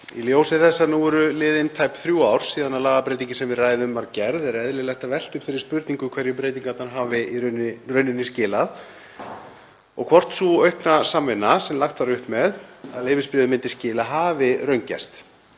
Í ljósi þess að nú eru liðin tæp þrjú ár síðan lagabreytingin sem við ræðum var gerð er eðlilegt að velta upp þeirri spurningu hverju breytingarnar hafi í rauninni skilað og hvort sú aukna samvinna sem lagt var upp með að leyfisbréfin myndu skila hafi raungerst.